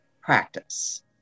practice